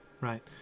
right